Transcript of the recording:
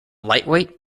lightweight